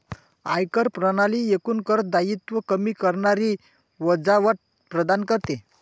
आयकर प्रणाली एकूण कर दायित्व कमी करणारी वजावट प्रदान करते